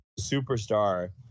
superstar